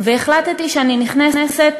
והחלטתי שאני נכנסת